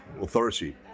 authority